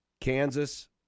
Kansas